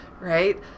right